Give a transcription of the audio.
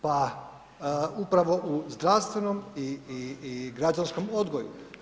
Pa upravo u zdravstvenom i građanskom odgoju.